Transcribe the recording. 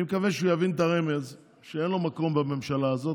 אני מקווה שהוא יבין את הרמז שאין לו מקום בממשלה הזאת.